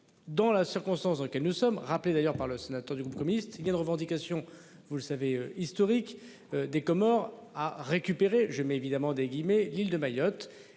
dans la circonstance dans lequel nous sommes rappeler d'ailleurs par le sénateur du groupe communiste, il y a une revendication, vous le savez historique des Comores a récupérer je mets évidemment des guillemets, l'île de Mayotte